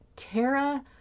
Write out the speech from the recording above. Tara